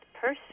person